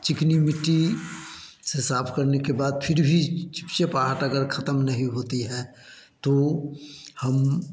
चिकनी मिट्टी से साफ़ करने के बाद फिर भी चिपचिपाहट अगर खत्म नहीं होती है तो हम